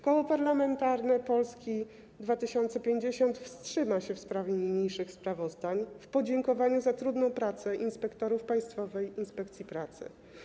Koło Parlamentarne Polska 2050 wstrzyma się w sprawie niniejszych sprawozdań w podziękowaniu za trudną pracę inspektorów Państwowej Inspekcji Pracy.